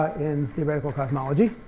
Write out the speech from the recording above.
in theoretical cosmology